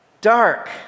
dark